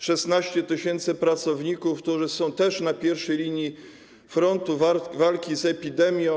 16 tys. pracowników, którzy też są na pierwszej linii frontu walki z epidemią.